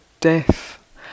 death